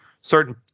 certain